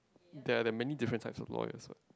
there there are many different types of lawyers what